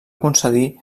concedir